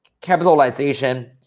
capitalization